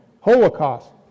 Holocaust